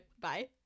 bye